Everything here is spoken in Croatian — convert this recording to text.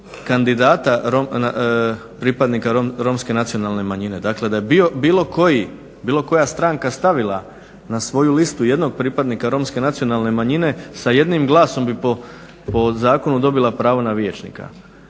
kandidata pripadnika Romske nacionalne manjine. Da je bilo koja stranka stavila na svoju listu jedno pripadnika Romske nacionalne manjine sa jednim glasom bi dobila po zakonu pravo na vijećnika.